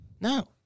No